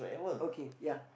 okay ya